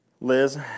Liz